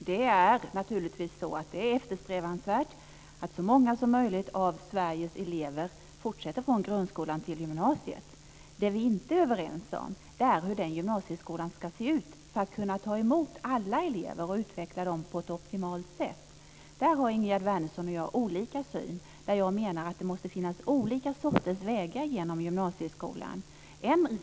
Det är naturligtvis eftersträvansvärt att så många som möjligt av Sveriges elever fortsätter från grundskolan till gymnasiet. Det som vi inte är överens om är hur den gymnasieskolan ska se ut för att kunna ta emot alla elever och utveckla dem på ett optimalt sätt. Där har Ingegerd Wärnersson och jag olika syn. Jag menar att det måste finnas olika sorters vägar genom gymnasieskolan.